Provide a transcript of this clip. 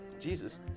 Jesus